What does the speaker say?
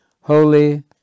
holy